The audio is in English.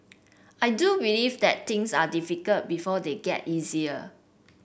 I do believe that things are difficult before they get easier